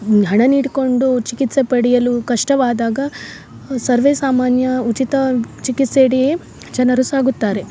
ಹಣ ನೀಡಿಕೊಂಡು ಚಿಕೆತ್ಸೆ ಪಡೆಯಲು ಕಷ್ಟವಾದಾಗ ಸರ್ವೇಸಾಮಾನ್ಯ ಉಚಿತ ಚಿಕೆತ್ಸೆ ಅಡಿಯೇ ಜನರು ಸಾಗುತ್ತಾರೆ